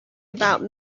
about